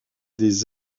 des